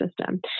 system